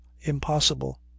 impossible